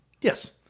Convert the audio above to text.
Yes